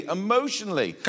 emotionally